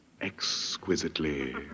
Exquisitely